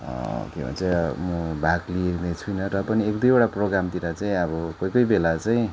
के भन्छ म भाग लिएको छैन र पनि एक दुइवटा प्रोग्रामतिर चाहिँ अब कोही कोही बेला चाहिँ